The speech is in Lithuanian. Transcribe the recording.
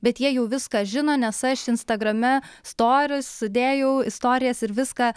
bet jie jau viską žino nes aš instagrame storius sudėjau istorijas ir viską